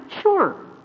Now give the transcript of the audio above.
Sure